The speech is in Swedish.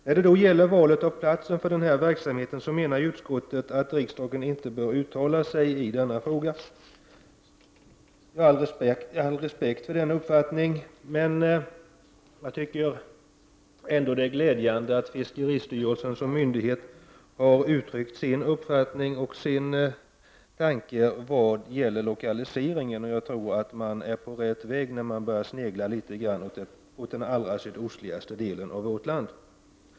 När det gäller val av plats för denna verksamhet, menar utskottet att riksdagen inte bör uttala sig om detta. Jag har all respekt för denna uppfattning, men jag vill ändå uttrycka min glädje över att fiskeristyrelsen som myndighet har uttryckt sin uppfattning och sina tankar när det gäller lokaliseringen. Jag tror att man är på rätt väg när man börjar snegla litet på den allra sydostligaste delen av vårt land.